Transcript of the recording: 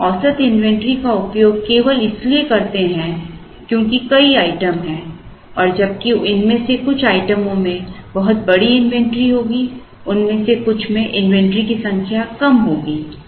अब हम औसत इन्वेंट्री का उपयोग केवल इसलिए करते हैं क्योंकि कई आइटम हैं और जबकि इनमें से कुछ आइटमों में बहुत बड़ी इन्वेंट्री होगी उनमें से कुछ में इन्वेंट्री की संख्या कम होगी